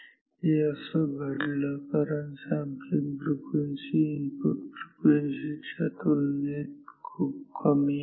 हे असं घडलं कारण सॅम्पलिंग फ्रिक्वेन्सी इनपुट फ्रिक्वेन्सी च्या तुलनेत खूप कमी आहे